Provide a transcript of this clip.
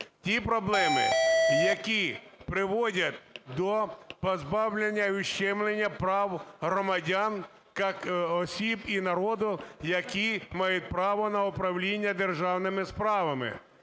ті проблеми, які приводять до позбавлення і ущемлення прав громадян, як осіб і народу, які мають право на управління державними справами